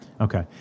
Okay